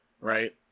right